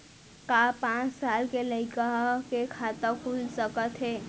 का पाँच साल के लइका के खाता खुल सकथे?